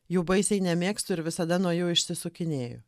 jų baisiai nemėgstu ir visada nuo jo išsisukinėju